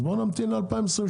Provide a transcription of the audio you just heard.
אז בואו נמתין ל-2027,